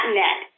net